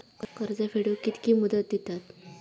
कर्ज फेडूक कित्की मुदत दितात?